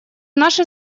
наши